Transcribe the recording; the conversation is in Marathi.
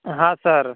हा सर